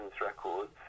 records